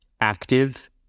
active